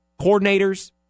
coordinators